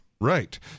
Right